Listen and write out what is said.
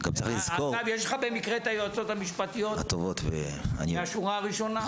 אגב יש לך במקרה את היועצות המשפטיות מהשורה הראשונה.